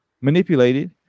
manipulated